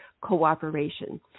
cooperation